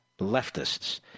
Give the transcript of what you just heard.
leftists